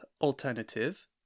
alternative